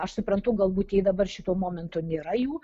aš suprantu galbūt jei dabar šituo momentu nėra jų